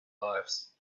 lives